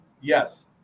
Yes